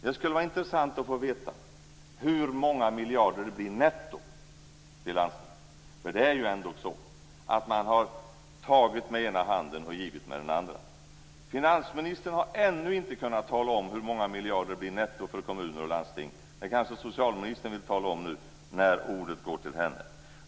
Det skulle vara intressant att få veta hur många miljarder det blir netto till landstinget. Det är ju ändå så att man har tagit med den ena handen och givit med den andra. Finansministern har ännu inte kunnat tala om hur många miljarder det blir netto för kommuner och landsting. Men det kanske socialministern vill tala om nu när ordet går till henne.